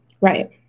Right